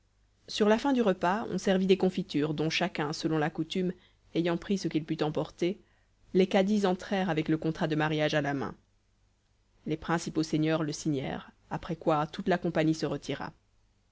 sur la fin du repas on servit des confitures dont chacun selon la coutume ayant pris ce qu'il put emporter les cadis entrèrent avec le contrat de mariage à la main les principaux seigneurs le signèrent après quoi toute la compagnie se retira